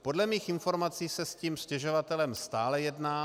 Podle mých informací se s tím stěžovatelem stále jedná.